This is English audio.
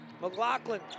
McLaughlin